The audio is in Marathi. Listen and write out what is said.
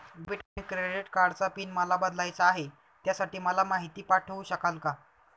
डेबिट आणि क्रेडिट कार्डचा पिन मला बदलायचा आहे, त्यासाठी मला माहिती पाठवू शकाल का?